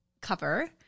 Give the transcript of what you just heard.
cover